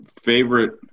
Favorite